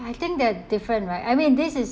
I think that different right I mean this is